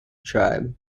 tribe